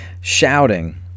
shouting